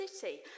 city